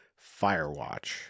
Firewatch